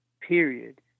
period